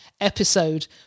episode